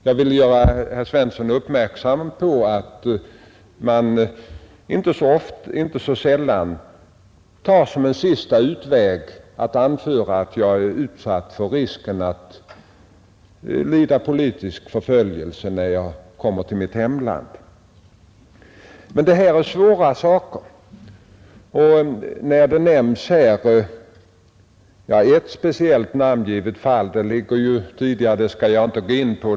Jag vill göra herr Svensson uppmärksam på att flyktingar inte så sällan som en sista utväg anför att de är utsatta för risken att få lida politisk förföljelse när de återkommer till sitt hemland. Men det här är svåra saker. Det nämns här ett speciellt namngivet fall, men det skall jag inte gå in på.